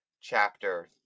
chapter